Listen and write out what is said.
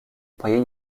payı